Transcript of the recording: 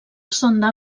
sonda